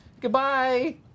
Goodbye